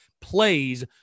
plays